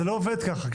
זה לא עובד ככה.